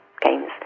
games